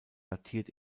datiert